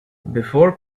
before